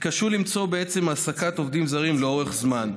התקשו למצוא בעצם העסקת עובדים זרים לאורך זמן.